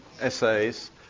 essays